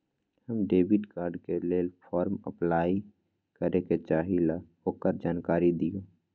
हम debit card के लेल फॉर्म अपलाई करे के चाहीं ल ओकर जानकारी दीउ?